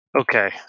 Okay